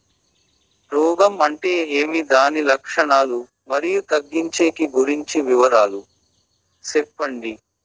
రోగం అంటే ఏమి దాని లక్షణాలు, మరియు తగ్గించేకి గురించి వివరాలు సెప్పండి?